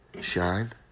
shine